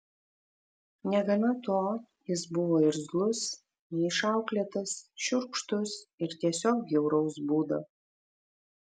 negana to jis buvo irzlus neišauklėtas šiurkštus ir tiesiog bjauraus būdo